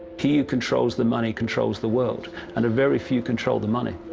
he who controls the money controls the world and a very few control the money.